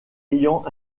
ayant